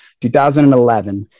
2011